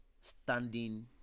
standing